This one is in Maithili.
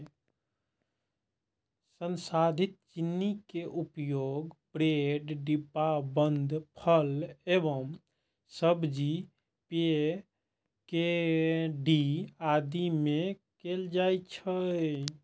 संसाधित चीनी के उपयोग ब्रेड, डिब्बाबंद फल एवं सब्जी, पेय, केंडी आदि मे कैल जाइ छै